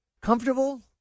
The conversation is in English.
comfortable